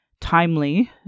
timely